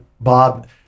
Bob